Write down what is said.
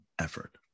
effort